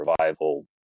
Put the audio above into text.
revival